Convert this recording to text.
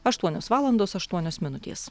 aštuonios valandos aštuonios minutės